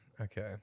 okay